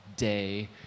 day